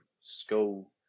school